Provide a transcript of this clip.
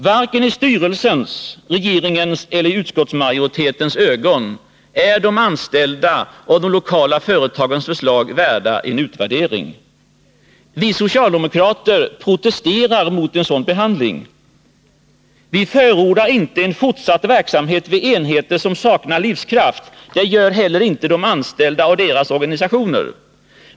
Varken i styrelsens, i regeringens eller i utskottsmajoritetens ögon är de anställdas och de lokala företagens förslag förtjänta av en utvärdering. Vi socialdemokrater protesterar mot en sådan behandling. Vi förordar inte en fortsatt verksamhet vid de enheter som saknar livskraft. Det gör inte heller de anställda och deras organisationer.